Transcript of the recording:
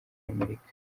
y’amerika